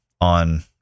on